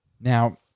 Now